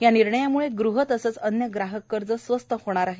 या निर्णयामुळे गृह तसंच अन्य ग्राहक कर्ज स्वस्त होणार आहेत